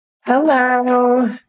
Hello